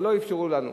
אבל לא אפשרו לנו.